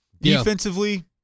Defensively